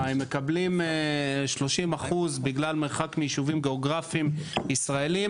הם מקבלים 30% בגלל מרחק מיישובים גיאוגרפיים ישראליים,